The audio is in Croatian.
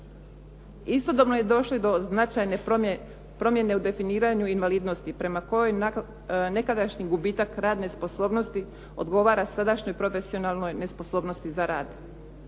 Istodobno je došlo do značajne promjene u definiranju invalidnosti prema kojoj nekadašnji gubitak radne sposobnosti odgovara sadašnjoj profesionalnoj nesposobnosti za rad.